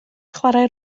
chwarae